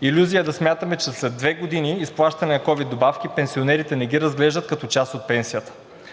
Илюзия е да смятаме, че след две години изплащане на ковид добавки, пенсионерите не ги разглеждат като част от пенсията.